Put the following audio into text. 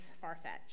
far-fetched